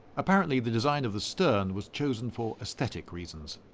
apparently the design of the stern was chosen for aesthetic reasons.